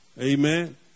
Amen